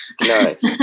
nice